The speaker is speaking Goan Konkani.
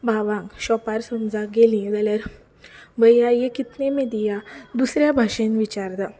भावांक शॉपार समजा गेलीं जाल्यार भैया ये कितने में दिया दुसऱ्या भाशेंत विचारता